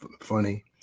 funny